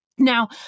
Now